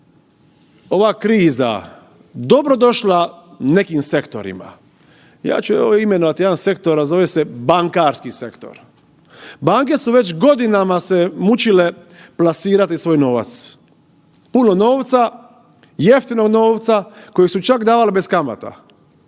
ova kriza dobrodošla nekim sektorima. Ja ću imenovati jedan sektor, a zove se bankarski sektor. Banke su već godinama se mučile plasirati svoj novac, puno novca, jeftinog novca kojeg su čak davale bez kamata.